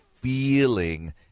feeling